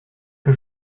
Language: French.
que